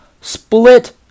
Split